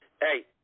Hey